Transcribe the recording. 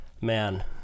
man